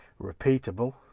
repeatable